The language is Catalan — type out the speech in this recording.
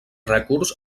rècords